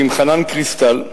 עם חנן קריסטל.